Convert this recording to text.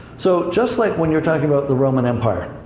so, just like when you're talking about the roman empire.